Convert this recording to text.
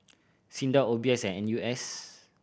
SINDA O B S and N U S